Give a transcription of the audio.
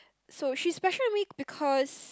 so she special to me because